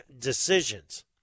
decisions